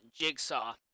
Jigsaw